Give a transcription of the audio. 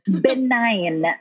Benign